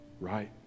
right